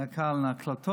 היו כאן הקלטות,